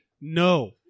No